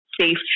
safe